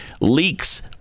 leaks